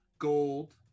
gold